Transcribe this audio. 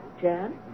Jan